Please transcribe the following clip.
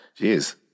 Jeez